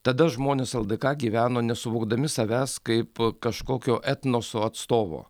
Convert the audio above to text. tada žmonės ldk gyveno nesuvokdami savęs kaip kažkokio etnoso atstovo